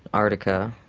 arnica,